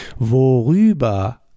Worüber